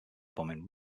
bombing